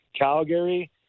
Calgary